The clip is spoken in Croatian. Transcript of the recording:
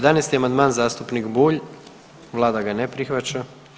11. amandman, zastupnik Bulj, Vlada ga ne prihvaća.